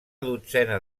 dotzena